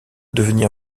devenir